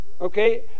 Okay